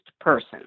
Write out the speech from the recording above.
person